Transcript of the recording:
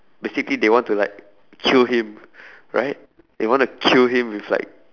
basically they want to like kill him right they want to kill him with like